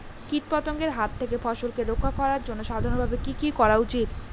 কীটপতঙ্গের হাত থেকে ফসলকে রক্ষা করার জন্য সাধারণভাবে কি কি করা উচিৎ?